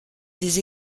des